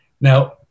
Now